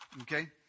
okay